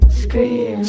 scream